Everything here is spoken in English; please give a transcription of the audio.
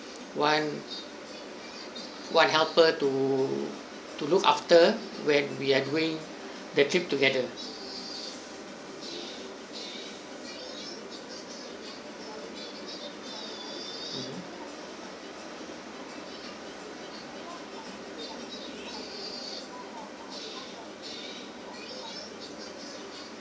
one one helper to look after when we are doing the trip together